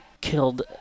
killed